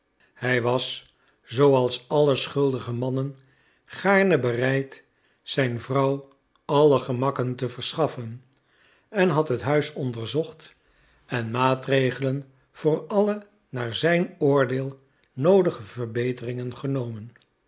hij was zooals alle schuldige mannen gaarne bereid zijn vrouw alle gemakken te verschaffen en had het huis onderzocht en maatregelen voor alle naar zijn oordeel noodige verbeteringen genomen